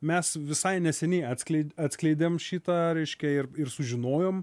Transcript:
mes visai neseniai atskleid atskleidėm šitą reiškia ir ir sužinojom